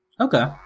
Okay